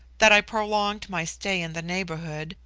that i prolonged my stay in the neighbourhood,